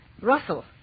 Russell